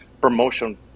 promotion